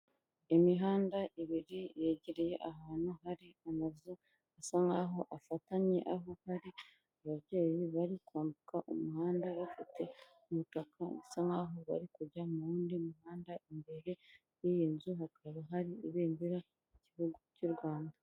Imihanda ibiri yegereye ahantu hari amazu asa nkaho afatanye aho hari ababyeyi bari kwambuka umuhanda, bafite umutaka bisa nkaho bari kujya mu wundi muhanda, imbere y'iyi nzu hakaba hari Ibendera ry'Igihugu cy'u Rwanda.